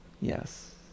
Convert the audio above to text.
Yes